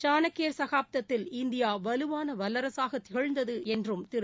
சாணக்கியர் சகாப்தத்தில் இந்தியா வலுவான வல்லராசக திகழ்ந்தது என்றும் திரு